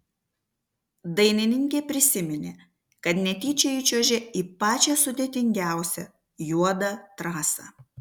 dainininkė prisiminė kad netyčia įčiuožė į pačią sudėtingiausią juodą trasą